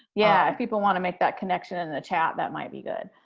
yeah, if people want to make that connection in the chat, that might be good.